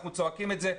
אנחנו צועקים את זה.